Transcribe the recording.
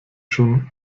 schon